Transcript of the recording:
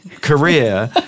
career